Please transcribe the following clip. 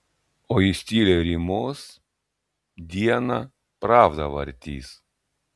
o jis tyliai rymos dieną pravdą vartys